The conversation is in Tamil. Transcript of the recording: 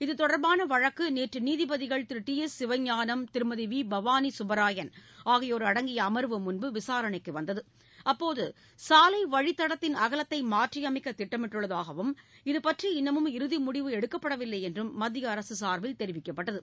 இதுதொடர்பான வழக்கு நேற்று நீதிபதிகள் Thiru T S Sivagnanam Thirumathi V Bhavani Subbarayan அடங்கிய அர்வு முன்பு விசாரணைக்கு வந்தது அப்போது சாலை வழித்தடத்தின் அகலத்தை மாற்றியமைக்க திட்டமிட்டுள்ளதாகவும் இதுபற்றி இன்னமும் இறுதி முடிவு எடுக்கப்படவில்லை என்றும் மத்திய அரசு சார்பில் தெரிவிக்கப்பட்டது